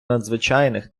надзвичайних